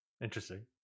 Interesting